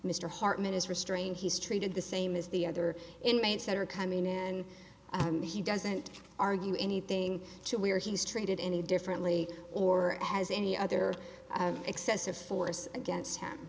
mr hartman is restrained he's treated the same as the other inmates that are coming in and he doesn't argue anything to where he was treated any differently or has any other excessive force against him